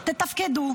תתפקדו.